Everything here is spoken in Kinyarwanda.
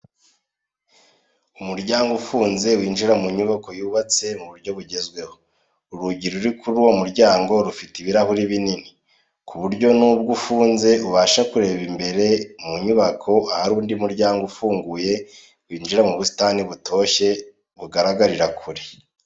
Umuryango ufunze winjira mu nyubako yubatse mu buryo bugezweho, urugi ruri kuri uwo muryango rufite ibirahuri binini, ku buryo nubwo ufunze ubasha kureba imbere mu nyubako ahari undi muryango ufunguye winjira mu busitani butoshye bugaragarira kure.